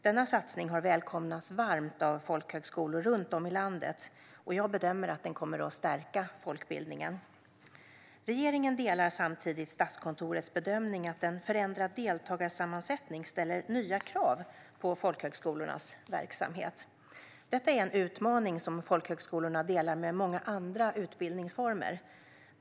Denna satsning har välkomnats varmt av folkhögskolor runt om i landet, och jag bedömer att den kommer att stärka folkbildningen. Regeringen delar samtidigt Statskontorets bedömning att en förändrad deltagarsammansättning ställer nya krav på folkhögskolornas verksamhet. Detta är en utmaning som folkhögskolorna delar med många andra utbildningsformer.